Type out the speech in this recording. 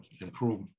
improve